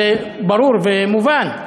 זה ברור ומובן,